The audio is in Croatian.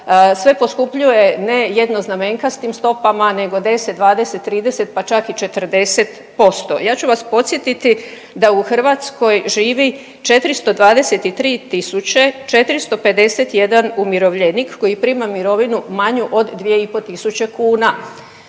Sve poskupljuje ne jednoznamenkastim stopama, nego 10, 20, 30 pa čak i 40%. Ja ću vas podsjetiti da u Hrvatskoj živi 423451 umirovljenik koji prima mirovinu manju od 2500 kuna.